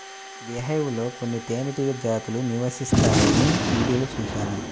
beehive లో కొన్ని తేనెటీగ జాతులు నివసిస్తాయని వీడియోలో చూశాను